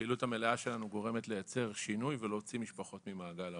הפעילות המלאה שלנו גורמת לייצר שינוי ולהוציא משפחות ממעגל העוני.